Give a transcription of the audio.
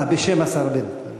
אה, בשם השר בנט.